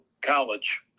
college